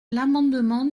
l’amendement